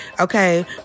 Okay